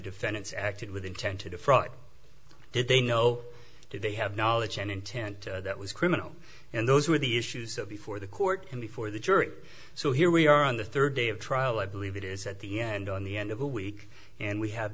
defendants acted with intent to defraud did they know did they have knowledge and intent that was criminal and those were the issues of before the court and before the jury so here we are on the third day of trial i believe it is at the end on the end of a week and we have